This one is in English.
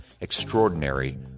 Extraordinary